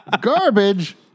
Garbage